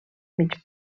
mig